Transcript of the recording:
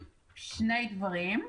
שני דברים.